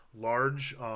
large